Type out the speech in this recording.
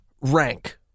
rank